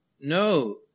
No